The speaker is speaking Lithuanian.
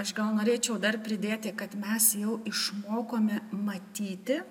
aš gal norėčiau dar pridėti kad mes jau išmokome matyti